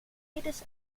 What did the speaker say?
jedes